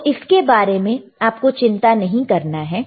तो इसके बारे में आपको चिंता नहीं करना है